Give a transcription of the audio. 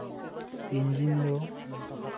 ᱤᱧᱡᱤᱱ ᱫᱚ